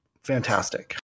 fantastic